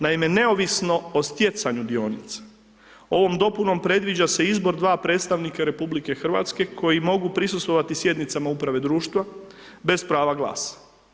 Naime neovisno o stjecanju dionica, ovom dopunom predviđa se izbora dva predstavnika RH koji mogu prisustvovati sjednicama uprave društva bez prava glasa.